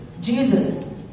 Jesus